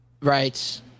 Right